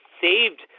saved